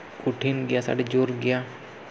ᱠᱚᱴᱷᱤᱱ ᱜᱮᱭᱟ ᱥᱮ ᱡᱳᱨ ᱜᱮᱭᱟ